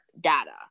data